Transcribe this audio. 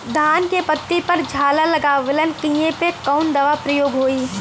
धान के पत्ती पर झाला लगववलन कियेपे कवन दवा प्रयोग होई?